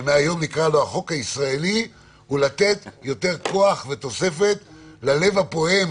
שמהיום נקרא לו החוק הישראלי הוא לתת יותר כוח ותוספת ללב הפועם